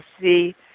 see